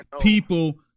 people